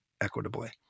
equitably